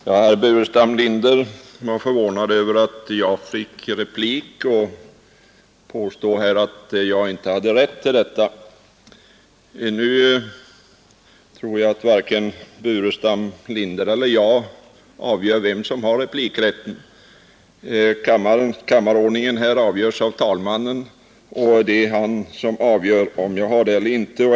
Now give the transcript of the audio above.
Herr talman! Herr Burenstam Linder var förvånad över att jag fick replik och påstod att jag inte hade rätt till detta. Emellertid är det ju varken herr Burenstam Linder eller jag som avgör vem som har replikrätt, utan det är talmannen. Talarordningen avgörs av talmannen.